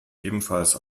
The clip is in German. ebenfalls